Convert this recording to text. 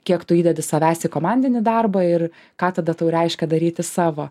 kiek tu įdedi savęs į komandinį darbą ir ką tada tau reiškia daryti savo